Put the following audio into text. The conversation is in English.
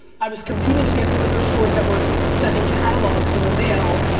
i was competing against liquor stores that were sending catalogs in the mail.